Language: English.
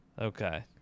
Okay